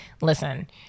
listen